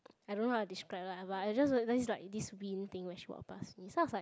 I don't how to describe lah but I just like this wind thing when she walked pass me so I was like